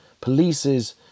polices